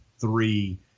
three